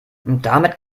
damit